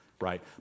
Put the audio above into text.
right